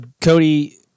Cody